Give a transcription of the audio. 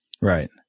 Right